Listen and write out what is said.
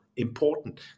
important